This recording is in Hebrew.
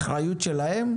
אחריות שלהם?